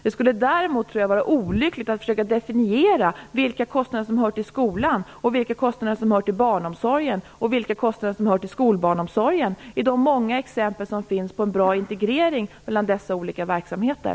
Det skulle däremot vara olyckligt att försöka definiera vilka kostnader som hör till skolan, vilka som hör till barnomsorgen och skolbarnomsorgen i de många exempel som finns på en bra integrering mellan dessa olika verksamheter.